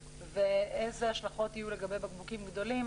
ואיזה השלכות יהיו לגבי בקבוקים גדולים,